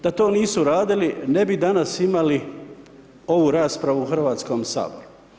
Da to nisu radili ne bi danas imali ovu raspravu u Hrvatskom saboru.